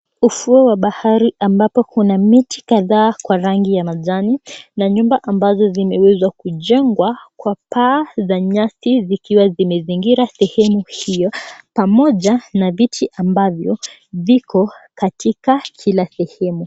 Ufuo wa bahari ambapo kuna miti kadhaa ya rangi ya kijani na nyumba ambazo zimeweza kujengwa kwa paa za nyasi zikiwa zimezingira sehemu hiyo pamoja na viti ambavyo viko katika sehemu.